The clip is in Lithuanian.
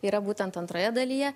yra būtent antroje dalyje